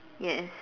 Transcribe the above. yes